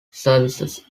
services